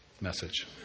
message